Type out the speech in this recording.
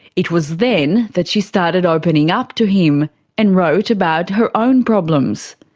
it was then that she started opening up to him and wrote about her own problems.